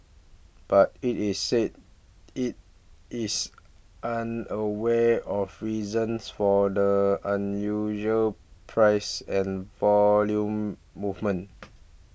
but it is said it is unaware of reasons for the unusual price and volume movement